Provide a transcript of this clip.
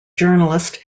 journalist